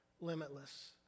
limitless